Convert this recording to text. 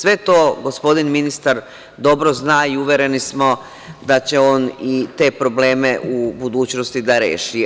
Sve to gospodin ministar dobro zna i uvereni smo da će on i te probleme u budućnosti da reši.